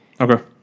Okay